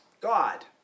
God